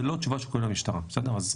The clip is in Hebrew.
זו לא תשובה שהוא קיבל מהמשטרה, בסדר?